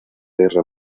guerra